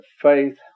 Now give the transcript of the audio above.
faith